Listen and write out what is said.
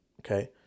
okay